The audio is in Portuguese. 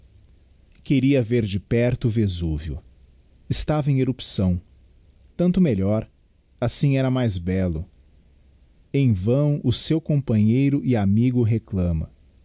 queria ver de perto o vesúvio estava em erupção tanto melhor assim era mais bello em vão o seu companheiro e amigo reclama